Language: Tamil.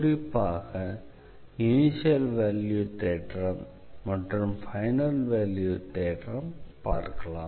குறிப்பாக இனிஷியல் வேல்யூ தேற்றம் மற்றும் ஃபைனல் வேல்யூ தேற்றம் பார்க்கலாம்